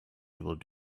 people